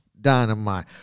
dynamite